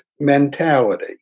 mentality